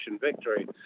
victory